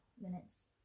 minutes